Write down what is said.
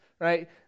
right